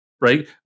right